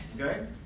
Okay